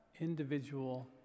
individual